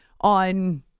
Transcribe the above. on